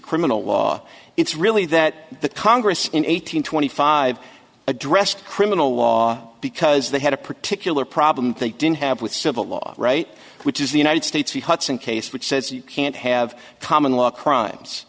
criminal law it's really that the congress in one thousand nine hundred five addressed criminal law because they had a particular problem they didn't have with civil law right which is the united states the hudson case which says you can't have common law crimes